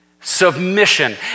Submission